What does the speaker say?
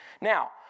Now